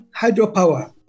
hydropower